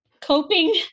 coping